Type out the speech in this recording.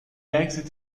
exit